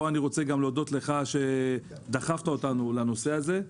ופה אני רוצה להודות לך שדחפת אותנו לנושא הזה.